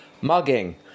mugging